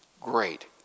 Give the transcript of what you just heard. Great